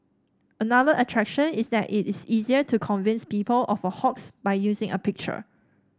another attraction is that it is easier to convince people of a hoax by using a picture